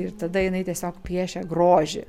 ir tada jinai tiesiog piešia grožį